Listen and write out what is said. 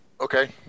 Okay